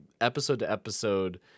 episode-to-episode